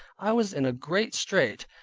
i was in a great strait.